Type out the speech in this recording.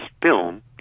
film